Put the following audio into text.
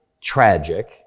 tragic